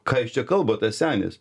ką jis čia kalba tas senis